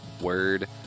Word